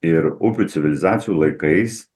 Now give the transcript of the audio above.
ir upių civilizacijų laikais